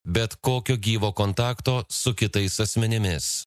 bet kokio gyvo kontakto su kitais asmenimis